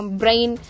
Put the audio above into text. brain